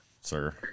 sir